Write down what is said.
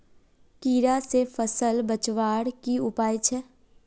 कीड़ा से फसल बचवार की उपाय छे?